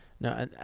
No